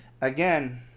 Again